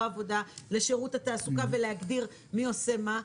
העבודה לשירות התעסוקה ולהגדיר מי עושה מה.